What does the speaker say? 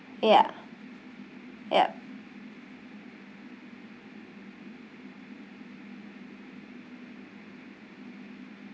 ya yup